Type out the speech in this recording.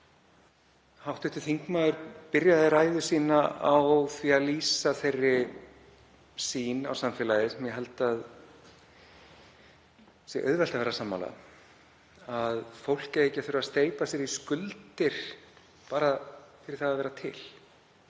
Hv. þingmaður byrjaði ræðu sína á því að lýsa þeirri sýn á samfélagið, sem ég held að sé auðvelt að vera sammála, að fólk eigi ekki að þurfa að steypa sér í skuldir bara fyrir það vera til,